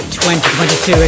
2022